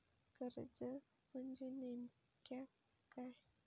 कर्ज म्हणजे नेमक्या काय?